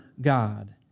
God